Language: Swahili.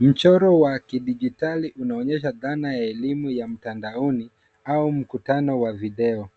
Mchoro wa kidijitali unaonyesha dhana ya elimu ya mtandaoni au mkutano wa video.